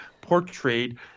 portrayed